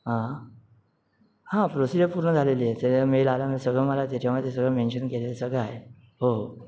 हां प्रोसिजर पूर्ण झालेली आहे त्या मेल आलं मग सगळं मला त्याच्यामध्ये ते सगळं मेन्शन केलेलं सगळं आहे हो